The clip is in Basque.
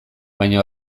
baina